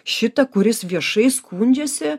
šitą kuris viešai skundžiasi